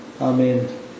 Amen